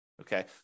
Okay